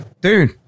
dude